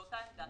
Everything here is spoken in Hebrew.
זו אותה עמדה.